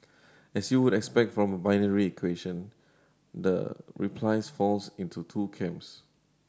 as you would expect from a binary question the replies falls into two camps